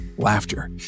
laughter